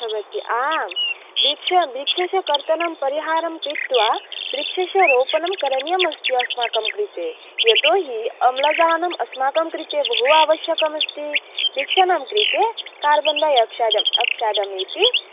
भवति आं वृक्ष वृक्षस्य कर्तनं परिहारं कृत्वा वृक्षस्य रोपणं करणीयमस्ति अस्माकं कृते यतो हि अम्लजानम् अस्माकं कृते बहु आवश्यकम् अस्ति वृक्षाणां कृते कार्बन् डै अक्सैडम् अक्सैडम् इति